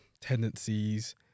tendencies